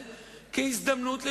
היה לנו חודש וחצי,